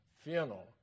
funeral